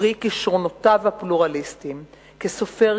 פרי כשרונותיו הפלורליסטיים כסופר,